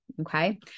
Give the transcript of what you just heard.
Okay